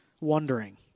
wondering